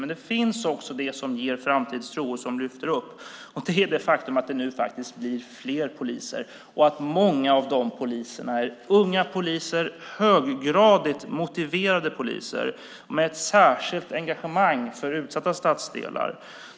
Men det finns också det som ger framtidstro och som lyfter en, och det är det faktum att det nu faktiskt blir fler poliser och att många av de poliserna är unga, höggradigt motiverade poliser med ett särskilt engagemang för utsatta stadsdelar.